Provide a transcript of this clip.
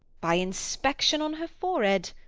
by inspection on her forehead,